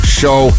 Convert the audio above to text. show